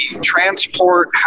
transport